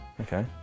Okay